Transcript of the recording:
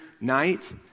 night